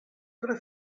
tre